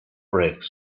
breaks